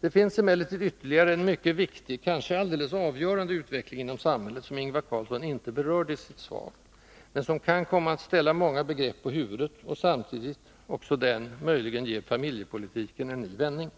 Det finns emellertid ytterligare en mycket viktig, kanske alldeles avgörande, utveckling inom samhället, som Ingvar Carlsson inte berörde i sitt svar men som kan komma att ställa många begrepp på huvudet och samtidigt, också den, möjligen ge familjepolitiken en ny vändning.